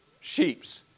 sheep's